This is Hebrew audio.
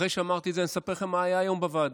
אחרי שאמרתי את זה אני אספר לכם מה היה היום בוועדה.